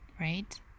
right